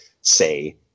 say